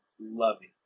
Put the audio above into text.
loving